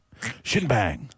Shinbang